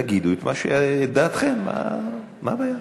תגידו את דעתכם, מה הבעיה?